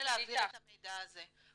--- להביא את המידע הזה,